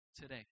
today